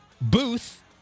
booth